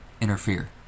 interfere